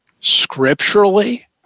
scripturally